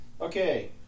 Okay